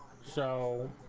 so